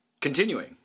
Continuing